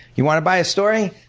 you want to buy a story?